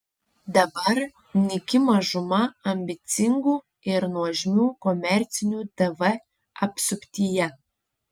dabar nyki mažuma ambicingų ir nuožmių komercinių tv apsuptyje